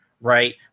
right